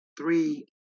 three